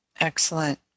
Excellent